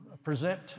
present